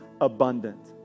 abundant